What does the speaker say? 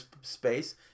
space